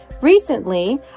Recently